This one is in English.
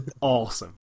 awesome